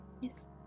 Yes